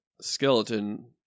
skeleton